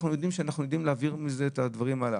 אנחנו יודעים שאנחנו יודעים להעביר מזה את הדברים האלה.